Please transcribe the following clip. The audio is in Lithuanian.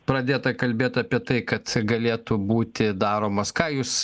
pradėta kalbėt apie tai kad galėtų būti daromas ką jūs